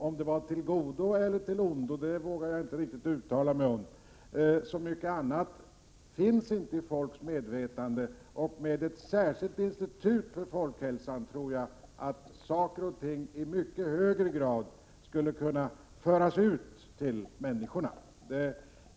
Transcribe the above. Om det var av godo eller av ondo vågar jag inte uttala mig om. Så mycket annat finns inte i människors medvetande. Med ett särskilt institut för folkhälsan tror jag att man i mycket högre grad skulle kunna nå ut till människorna.